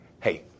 hey